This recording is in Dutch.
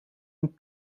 een